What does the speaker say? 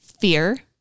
fear